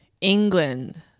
England